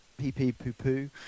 pee-pee-poo-poo